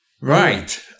right